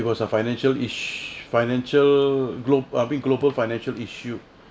it was a financial iss~ financial glob~ err big global financial issue